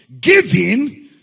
Giving